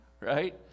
right